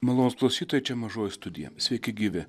malonūs klausytojai čia mažoji studija sveiki gyvi